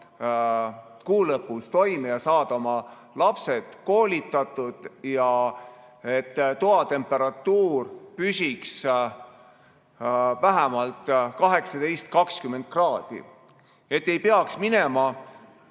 kuu lõpuni toime, saaks oma lapsed koolitatud ja toatemperatuur püsiks vähemalt 18–20 kraadi peal, et ei peaks minema